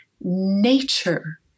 nature